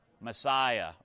Messiah